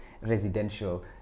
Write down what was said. residential